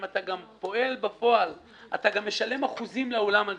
אם אתה גם פועל בפועל עליך לשלם אחוזים לאותו אולם.